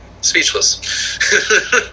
speechless